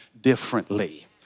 differently